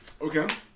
Okay